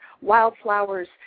wildflowers